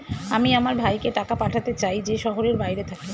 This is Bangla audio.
আমি আমার ভাইকে টাকা পাঠাতে চাই যে শহরের বাইরে থাকে